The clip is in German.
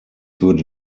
würde